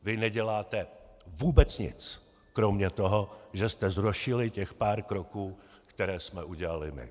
Vy neděláte vůbec nic kromě toho, že jste zrušili těch pár kroků, které jsme udělali my!